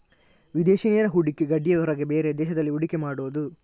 ವಿದೇಶಿ ನೇರ ಹೂಡಿಕೆ ಗಡಿಯ ಹೊರಗೆ ಬೇರೆ ದೇಶದಲ್ಲಿ ಹೂಡಿಕೆ ಮಾಡುದು